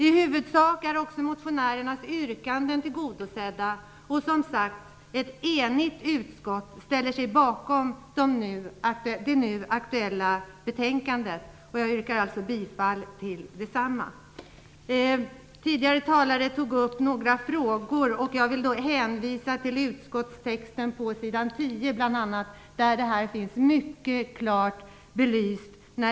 I huvudsak är också motionärernas yrkanden tillgodosedda, och ett enigt utskott ställer sig, som sagt, bakom det nu aktuella betänkandet. Jag yrkar alltså bifall till hemställan i det samma. Tidigare talare tog upp några frågor. Jag vill då hänvisa till utskottets text bl.a. på s. 10 där detta finns mycket klart belyst.